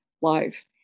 life